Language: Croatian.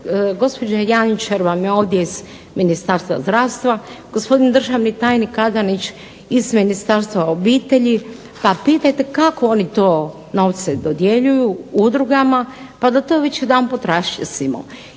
gospođa Jančar vam je ovdje iz Ministarstva zdravstva, gospodin državni tajnik Adanić iz Ministarstva obitelji pa pitajte kako oni to novce dodjeljuju udrugama pa da to već jedanput raščistimo.